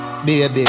Baby